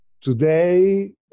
today